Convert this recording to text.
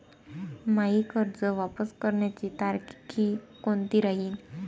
मायी कर्ज वापस करण्याची तारखी कोनती राहीन?